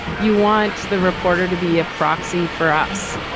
you want the reporter to be a proxy for us,